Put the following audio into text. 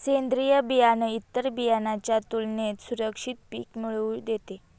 सेंद्रीय बियाणं इतर बियाणांच्या तुलनेने सुरक्षित पिक मिळवून देते